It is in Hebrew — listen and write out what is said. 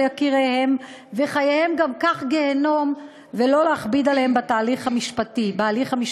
של יקיריהן וחייהן גם כך גיהינום ולא להכביד עליהם בהליך המשפטי.